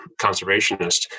conservationists